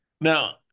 Now